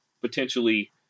potentially